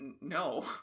no